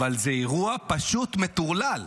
אבל זה אירוע פשוט מטורלל.